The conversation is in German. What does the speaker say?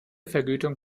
vergütung